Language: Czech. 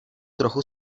trochu